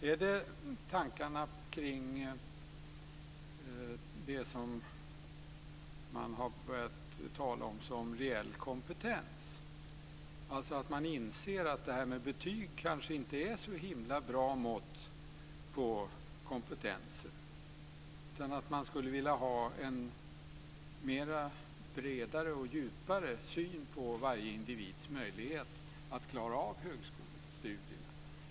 Är det tankarna kring det som man har börjat tala om som reell kompetens? Man inser att det här med betyg kanske inte är ett så bra mått på kompetensen utan skulle vilja ha en bredare och djupare syn på varje individs möjlighet att klara av högskolestudierna.